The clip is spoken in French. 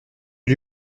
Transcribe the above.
lui